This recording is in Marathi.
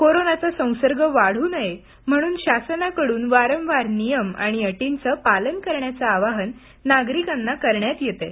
कोरोनाचा संसर्ग वाढू नये म्हणून शासनाकडून वारंवार नियम आणि अटींचं पालन करण्याचं आवाहन नागरिकांना करण्यात येत आहे